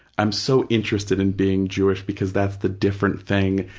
i'm so interested in being jewish because that's the different thing.